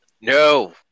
No